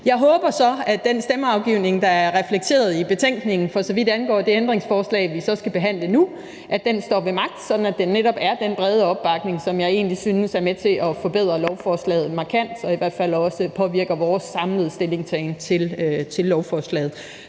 Jeg håber så, at den stemmeafgivning, der er reflekteret i betænkningen, for så vidt angår det ændringsforslag, vi skal behandle nu, står ved magt, sådan at det netop er den brede opbakning, som jeg egentlig synes er med til at forbedre lovforslaget markant og i hvert fald også påvirker vores samlede stillingtagen til lovforslaget.